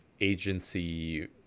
agency